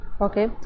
okay